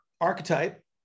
archetype